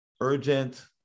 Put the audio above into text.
urgent